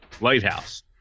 lighthouse